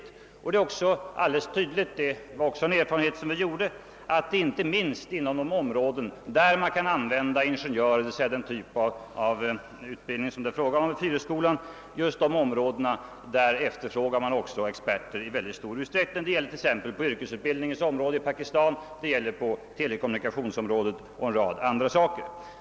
Vi gjorde också den erfarenheten att det är alldeles tydligt att man, inom just de områden där man kan använda ingenjörer, efterfrågar experter i mycket stor utsträckning. Detta gäller t.ex. yrkesutbildningen i Pakistan, telekommunikationerna och en rad andra områden.